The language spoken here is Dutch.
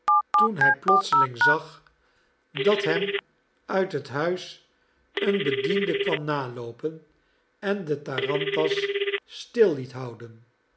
toen hij plotseling zag dat hem uit het huis een bediende kwam naloopen en de tarantas stil liet houden